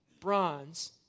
bronze